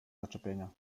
zaczepienia